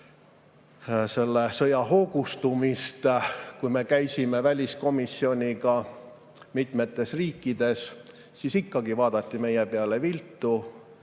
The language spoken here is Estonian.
selle sõja hoogustumist, kui me käisime väliskomisjoniga mitmes riigis, vaadati meie peale viltu: